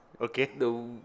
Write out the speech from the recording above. Okay